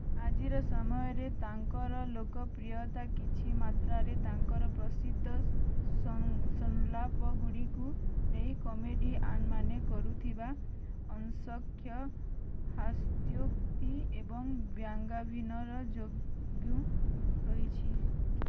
ଆଜିର ସମୟରେ ତାଙ୍କର ଲୋକପ୍ରିୟତା କିଛି ମାତ୍ରାରେ ତାଙ୍କର ପ୍ରସିଦ୍ଧ ସଂ ସ ସଂଳାପଗୁଡ଼ିକୁ ନେଇ କମେଡ଼ିଆନ୍ ମାନେ କରୁଥିବା ଅସଂଖ୍ୟ ହାସ୍ୟୋକ୍ତି ଏବଂ ବ୍ୟଙ୍ଗାଭିନର ଯୋଗୁଁ ରହିଛି